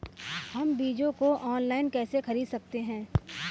हम बीजों को ऑनलाइन कैसे खरीद सकते हैं?